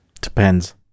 Depends